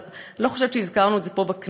אבל אני לא חושבת שהזכרנו את זה פה בכנסת,